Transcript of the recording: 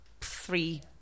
three